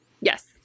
Yes